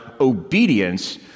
obedience